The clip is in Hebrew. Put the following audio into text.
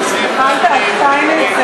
נפלת על שטייניץ,